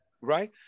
Right